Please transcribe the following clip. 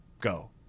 go